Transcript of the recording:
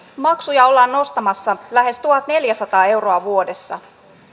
maksuja ollaan nostamassa lähes tuhatneljäsataa euroa vuodessa